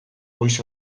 goiz